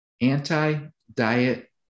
Anti-Diet